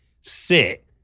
sit